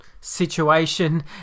situation